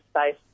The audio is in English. space